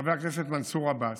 חבר הכנסת מנסור עבאס,